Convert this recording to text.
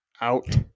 out